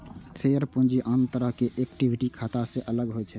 share पूंजी आन तरहक इक्विटी खाता सं अलग होइ छै